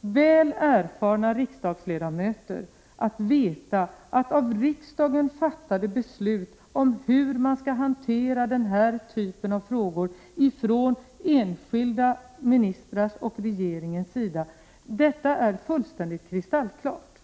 väl erfarna riksdagsledamöter att av riksdagen fattade beslut om hur man skall hantera den här typen av frågor från enskilda ministrars och regeringens sida måste respekteras — detta är fullständigt kristallklart.